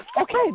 Okay